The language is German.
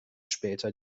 später